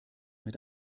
mit